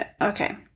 Okay